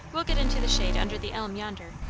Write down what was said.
we'll get into the shade under the elm yonder.